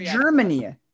Germany